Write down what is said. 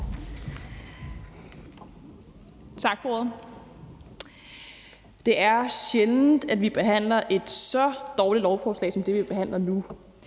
Tak for ordet. Det er sjældent, at vi behandler et så dårligt lovforslag som det, vi behandler nu,